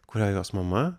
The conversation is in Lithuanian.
kuriai jos mama